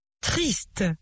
Triste